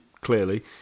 clearly